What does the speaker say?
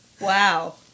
Wow